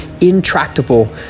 intractable